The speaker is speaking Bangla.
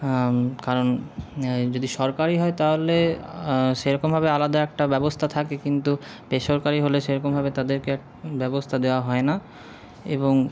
কারণ যদি সরকারি হয় তাহলে সেরকমভাবে আলাদা একটা ব্যবস্থা থাকে কিন্তু বেসরকারি হলে সেরকমভাবে তাদেরকে ব্যবস্থা দেওয়া হয় না এবং